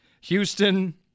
Houston